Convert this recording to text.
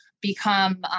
become